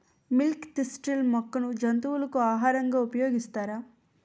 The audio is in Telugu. మిల్క్ తిస్టిల్ మొక్కను జంతువులకు ఆహారంగా ఉపయోగిస్తారా?